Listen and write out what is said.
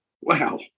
Wow